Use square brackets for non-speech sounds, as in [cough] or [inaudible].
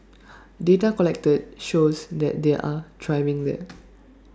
[noise] data collected shows that they are thriving there [noise]